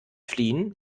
fliehen